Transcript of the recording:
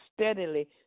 steadily